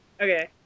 Okay